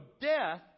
death